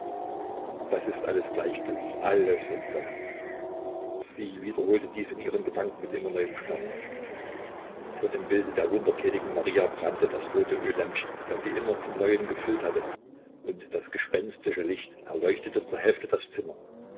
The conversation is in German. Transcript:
das ist alles gleichgültig alles umsonst sie wiederholte dies in ihren gedanken mit immer neuem schmerz vor dem bilde der wundertätigen maria brannte das rote öllämpchen das sie immer von neuem gefüllt hatte und das gespenstische licht erleuchtete zur hälfte das zimmer